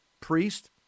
priest